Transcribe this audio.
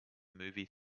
movie